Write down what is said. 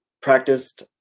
practiced